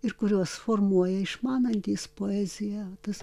ir kuriuos formuoja išmanantys poeziją tas